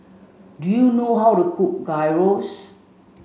do you know how to cook Gyros